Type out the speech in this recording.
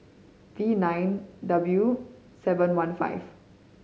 V nine W seven one five